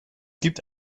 gibt